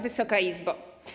Wysoka Izbo!